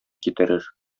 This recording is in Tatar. китерер